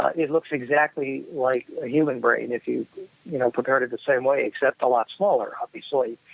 ah it looks exactly like a human brain if you you know prepared it the same way, except a lot smaller, obviously,